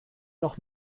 noch